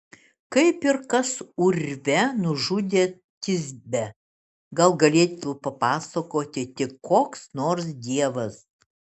kaip ir kas urve nužudė tisbę gal galėtų papasakoti tik koks nors dievas